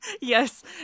Yes